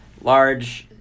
large